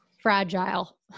fragile